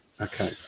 Okay